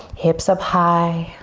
hips up high,